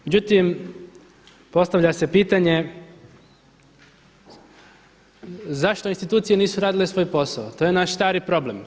Međutim, postavlja se pitanje zašto institucije nisu radile svoj posao, to je naš stari problem.